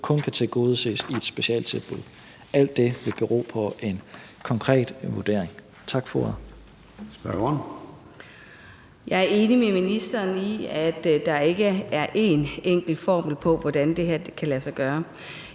kun kan tilgodeses i et specialtilbud. Alt det vil bero på en konkret vurdering.